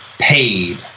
paid